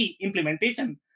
implementation